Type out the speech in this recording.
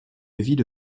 ville